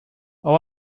all